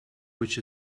which